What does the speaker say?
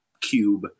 cube